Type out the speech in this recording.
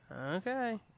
Okay